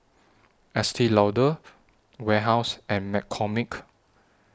Estee Lauder Warehouse and McCormick